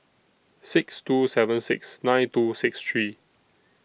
six two seven six nine two six three